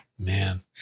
man